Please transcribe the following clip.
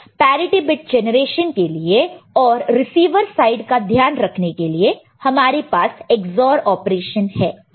parity bit generation के लिए और रिसीवर साइड का ध्यान रखने के लिए हमारे पास EX OR ऑपरेशन है